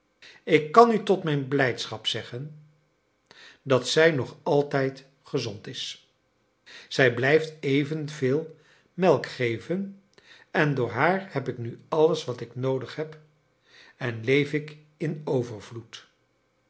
ik kan u tot mijn blijdschap zeggen dat zij nog altijd gezond is zij blijft evenveel melk geven en door haar heb ik nu alles wat ik noodig heb en leef ik in overvloed